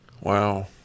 Wow